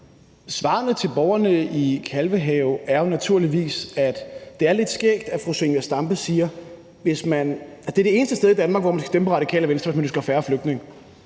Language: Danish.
Svaret til borgerne i Kalvehave er jo naturligvis, at det er lidt skægt, hvad fru Zenia Stampe siger, i forhold til at det er det eneste sted i Danmark, hvor man skal stemme på Radikale Venstre, hvis man ønsker færre flygtninge